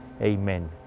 Amen